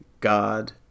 God